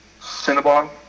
cinnabon